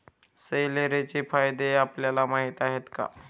सेलेरीचे फायदे आपल्याला माहीत आहेत का?